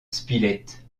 spilett